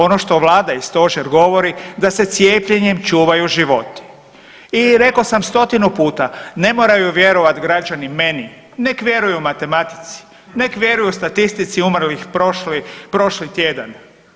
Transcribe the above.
Ono što vlada i stožer govori da se cijepljenjem čuvaju životi i rekao sam stotinu puta ne moraju vjerovat građani meni nek vjeruju matematici, nek vjeruju statistici umrlih prošli tjedan.